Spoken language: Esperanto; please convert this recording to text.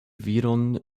viron